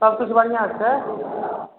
सभकिछु बढ़िआँ छै